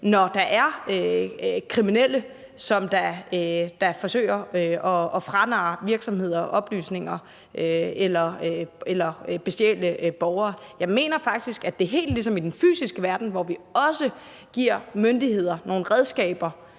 når der er kriminelle, som forsøger at franarre virksomheder oplysninger eller bestjæle borgere. Jeg mener faktisk, at man helt ligesom i den fysiske verden, hvor vi også giver myndighederne nogle redskaber